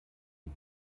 wie